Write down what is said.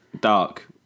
dark